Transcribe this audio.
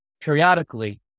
periodically